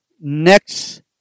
next